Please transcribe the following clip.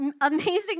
amazing